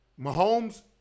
Mahomes